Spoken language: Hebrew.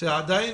אתם